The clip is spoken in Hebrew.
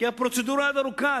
כי הפרוצדורה עוד ארוכה.